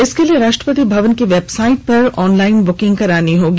इसके लिए राष्ट्रपति भवन के वेबसाइट पर ऑनलाइन बुकिंग करानी होगी